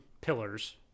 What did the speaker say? pillars